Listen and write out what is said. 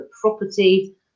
property